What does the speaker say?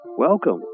Welcome